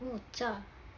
mocha